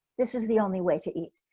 this is the only way to eat.